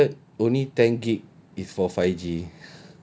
unlimited only ten gig is for five G